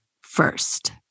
first